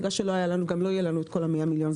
בגלל שלא היה לנו גם לא יהיה לנו כל ה-100 מיליון,